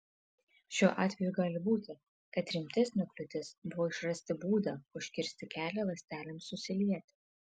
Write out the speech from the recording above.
šiuo atveju gali būti kad rimtesnė kliūtis buvo išrasti būdą užkirsti kelią ląstelėms susilieti